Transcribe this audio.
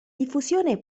diffusione